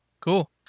cool